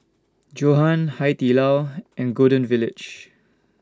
Johan Hai Di Lao and Golden Village